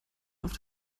auf